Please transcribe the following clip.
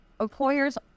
Employers